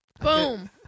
Boom